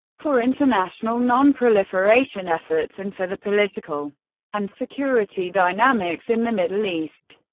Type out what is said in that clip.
for international non-proliferation efforts, and for the political and security dynamics in the middle east.